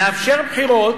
נאפשר בחירות,